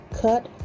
cut